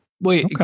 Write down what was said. Wait